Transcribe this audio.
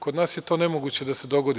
Kod nas je to nemoguće da se dogodi.